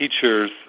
teachers